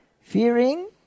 fearing